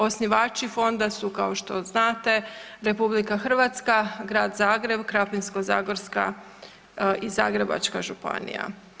Osnivači fonda su kao što znate RH, Grad Zagreb, Krapinsko-zagorska i Zagrebačka županija.